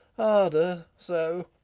harder so.